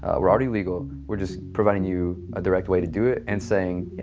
we're already legal, we're just providing you a direct way to do it and saying, yeah